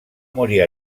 morir